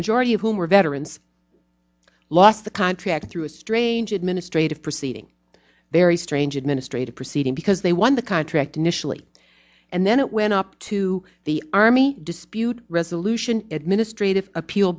majority of whom were veterans lost the contract through a strange administrative proceeding very strange administrative proceeding because they won the contract initially and then it went up to the army dispute resolution administrative appeal